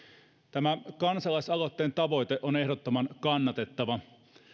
tämän kansalaisaloitteen tavoite on ehdottoman kannatettava